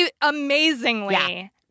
Amazingly